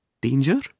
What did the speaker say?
Danger